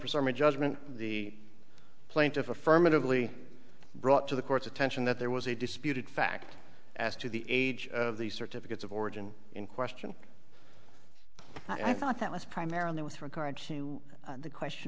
summary judgment the plaintiff affirmatively brought to the court's attention that there was a disputed fact as to the age of the certificates of origin in question i thought that was primarily with regard to the question